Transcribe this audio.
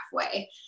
halfway